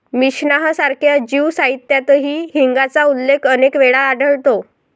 Mishnah सारख्या Jew साहित्यातही हिंगाचा उल्लेख अनेक वेळा आढळतो